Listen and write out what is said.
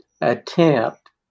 attempt